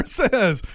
says